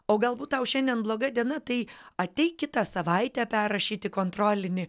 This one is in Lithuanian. o galbūt tau šiandien bloga diena tai ateik kitą savaitę perrašyti kontrolinį